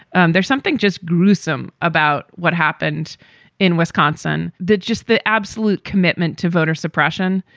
and there's something just gruesome about what happened in wisconsin, did just the absolute commitment to voter suppression.